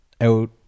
out